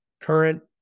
current